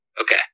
Okay